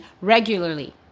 regularly